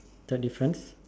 the difference